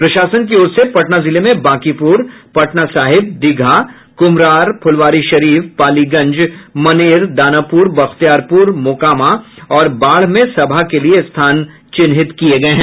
प्रशासन की ओर से पटना जिले में बांकीपुर पटना साहिब दीघा कुम्हरार फुलवारीशरीफ पालीगंज मनेर दानापुर बख्तियारपुर मोकामा और बाढ़ में सभा के लिये स्थान चिन्हित किये गये हैं